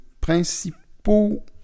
principaux